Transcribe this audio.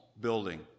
building